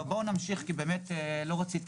אם אני אגיב אחר כך אני אומר מה הטיפול